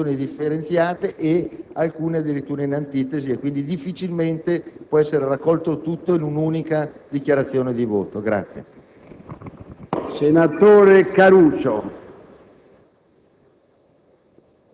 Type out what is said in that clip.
presentano con graduazioni differenziate ed alcune addirittura in antitesi, per cui difficilmente può essere raccolto tutto in un'unica dichiarazione di voto.